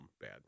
bad